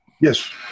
Yes